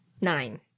Nine